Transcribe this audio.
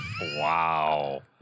Wow